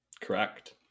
Correct